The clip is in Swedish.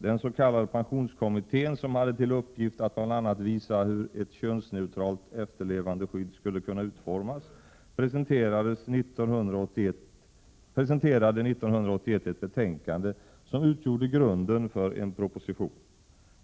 Den s.k. pensionskommittén, som hade till uppgift att bl.a. visa hur ett könsneutralt efterlevandeskydd skulle kunna utformas, presenterade 1981 ett betänkande som utgjorde grunden för en proposition.